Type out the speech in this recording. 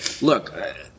look